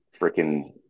freaking